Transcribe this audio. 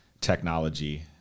technology